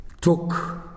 took